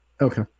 Okay